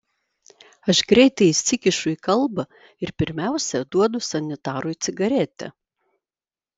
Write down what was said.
aš greitai įsikišu į kalbą ir pirmiausia duodu sanitarui cigaretę